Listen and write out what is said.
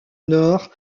nord